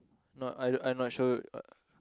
no I I not sure